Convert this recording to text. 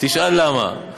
תשאל למה.